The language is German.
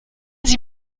sie